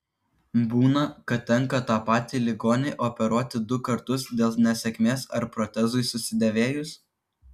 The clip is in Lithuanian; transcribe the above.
būna kad tenka tą patį ligonį operuoti du kartus dėl nesėkmės ar protezui susidėvėjus